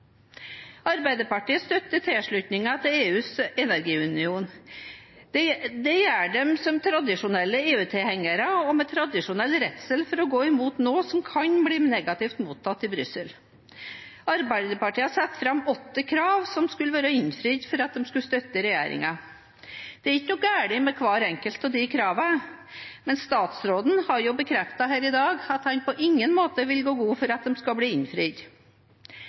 Arbeiderpartiet støtter tilslutningen til EUs energiunion. Det gjør de som tradisjonelle EU-tilhengere og med tradisjonell redsel for å gå imot noe som kan bli negativt mottatt i Brussel. Arbeiderpartiet har satt fram åtte krav som skal være innfridd for å støtte regjeringen. Det er ikke noe galt med hvert enkelt av kravene, men statsråden har jo bekreftet her i dag at han på ingen måte vil gå god for at de skal bli innfridd.